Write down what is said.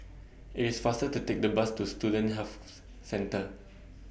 IT IS faster to Take The Bus to Student Health Centre